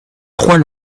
trois